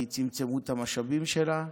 כי צמצמו את המשאבים שלה,